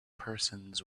persons